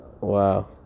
Wow